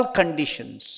conditions